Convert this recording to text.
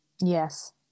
Yes